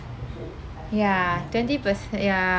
ya twenty perc~ ya